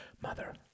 Mother